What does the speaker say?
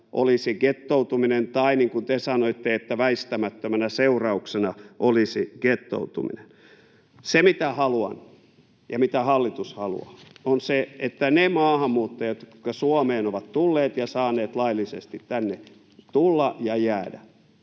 olisi gettoutuminen tai — niin kuin te sanoitte — että väistämättömänä seurauksena olisi gettoutuminen. Se, mitä haluan ja mitä hallitus haluaa, on se, että ne maahanmuuttajat, jotka Suomeen ovat tulleet ja saaneet laillisesti tänne tulla ja jäädä,